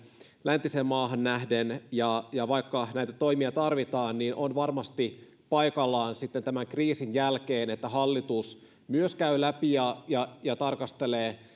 läntiseen maahan nähden ja ja vaikka näitä toimia tarvitaan niin on varmasti paikallaan sitten tämän kriisin jälkeen se että hallitus myös käy läpi ja ja tarkastelee